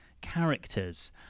characters